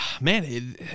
man